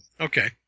Okay